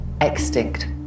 extinct